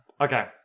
Okay